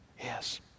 Yes